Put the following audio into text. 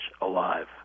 alive